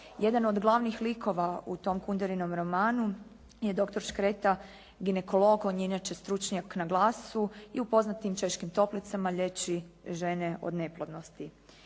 Jedan od glavnih likova u tom Kunerinom romanu je doktor Škreta, ginekolog, on je inače stručnjak na glasu i u poznatim Češkim toplicama liječi žene od neplodnosti.